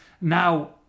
now